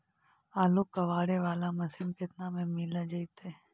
आलू कबाड़े बाला मशीन केतना में मिल जइतै?